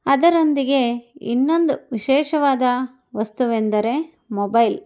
ಅದರೊಂದಿಗೆ ಇನ್ನೊಂದು ವಿಶೇಷವಾದ ವಸ್ತು ಎಂದರೆ ಮೊಬೈಲ್